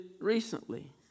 recently